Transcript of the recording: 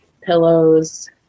pillows